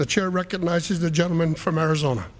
the chair recognizes the gentleman from arizona